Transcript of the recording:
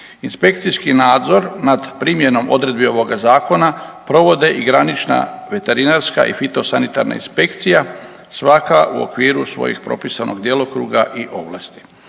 Inspekcijski nadzor nad primjenom odredbi ovoga zakona provode i granična veterinarska i fitosanitarna inspekcijska, svaka u okviru svojeg propisanog djelokruga i ovlasti.